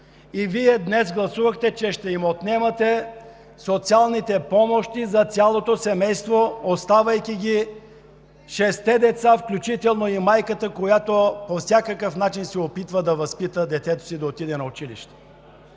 А Вие днес гласувахте, че ще отнемате социалните помощи за цялото семейство, шестте деца, включително и майката, която по всякакъв начин се опитва да възпита детето си да ходи на училище.